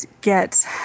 get